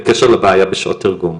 בקשה לבעייה בשעות תרגום,